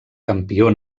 campió